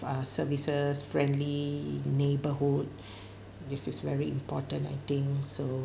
uh services friendly neighborhood this is very important I think so